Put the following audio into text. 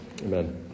Amen